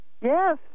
Yes